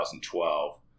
2012